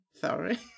Sorry